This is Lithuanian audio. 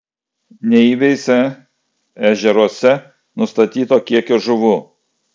neįveisė ežeruose nustatyto kiekio žuvų